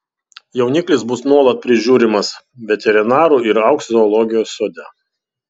jauniklis bus nuolat prižiūrimas veterinarų ir augs zoologijos sode